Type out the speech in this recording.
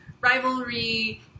rivalry